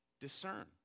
discern